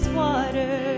water